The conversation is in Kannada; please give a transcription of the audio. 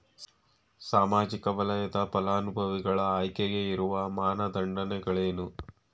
ಸಾಮಾಜಿಕ ವಲಯದ ಫಲಾನುಭವಿಗಳ ಆಯ್ಕೆಗೆ ಇರುವ ಮಾನದಂಡಗಳೇನು?